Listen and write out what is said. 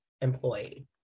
employee